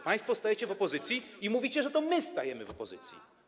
Państwo stajecie w opozycji i mówicie, że to my stajemy w opozycji.